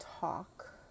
talk